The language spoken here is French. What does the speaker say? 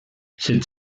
cette